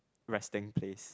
resting place